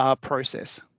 process